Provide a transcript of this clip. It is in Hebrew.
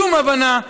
שום הבנה.